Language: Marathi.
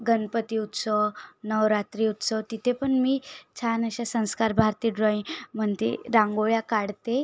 गणपती उत्सव नवरात्री उत्सव तिथे पण मी छान असे संस्कार भारती ड्रॉइंग म्हणते रांगोळ्या काढते